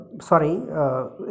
sorry